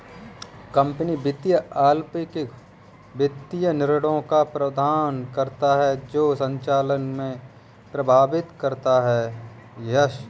company वित्त अल्पकालिक वित्तीय निर्णयों का प्रबंधन करता है जो संचालन को प्रभावित करता है